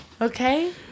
Okay